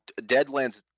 Deadlands